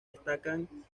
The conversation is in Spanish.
destacan